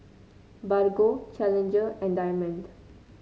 Bargo Challenger and Diamond